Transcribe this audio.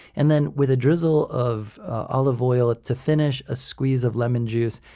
and then with a drizzle of olive oil to finish, a squeeze of lemon juice,